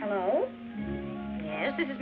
hello this is